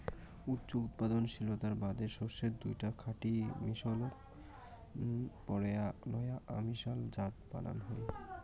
উচ্চ উৎপাদনশীলতার বাদে শস্যের দুইটা খাঁটি মিশলক পরায় নয়া অমিশাল জাত বানান হই